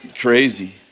crazy